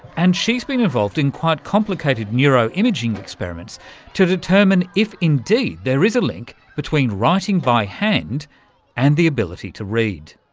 and she's been involved in quite complicated neuro-imaging experiments to determine if indeed there is a link between writing by hand and the ability to read.